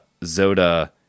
Zoda